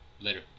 Later